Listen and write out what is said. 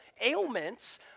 ailments